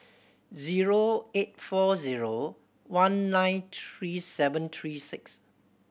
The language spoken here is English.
zero eight four zero one nine three seven three six